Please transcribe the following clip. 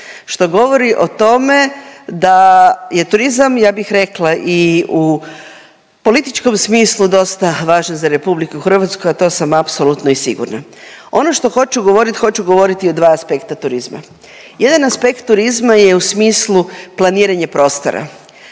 što govori o tome da je turizam ja bih rekla i u političkom smislu dosta važan za RH, a to sam apsolutno i sigurna. Ono što hoću govorit, hoću govorit o dva aspekta turizma. Jedan aspekt turizma je u smislu planiranja prostora,